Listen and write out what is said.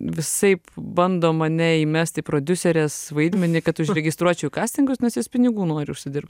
visaip bando mane įmest į prodiuserės vaidmenį kad užregistruočiau kastingus nes jis pinigų nori užsidirbt